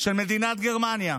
של מדינת גרמניה,